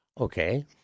Okay